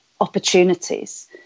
opportunities